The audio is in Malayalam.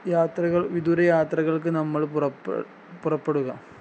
യാത്രകൾ വിദൂരയാത്രകൾക്ക് നമ്മൾ പുറപ്പെടുക